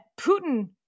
Putin